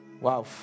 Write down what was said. Wow